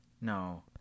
No